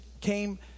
came